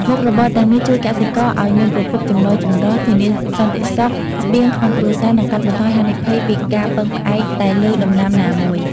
មុខរបរទាំងនេះជួយកសិករឱ្យមានប្រភពចំណូលចម្រុះ ធានាសន្តិសុខស្បៀងក្នុងគ្រួសារ និងកាត់បន្ថយហានិភ័យពីការពឹងផ្អែកតែលើដំណាំណាមួយ។